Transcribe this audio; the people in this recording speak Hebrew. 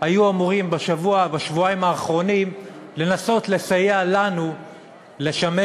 היו אמורים בשבועיים האחרונים לנסות לסייע לנו לשמש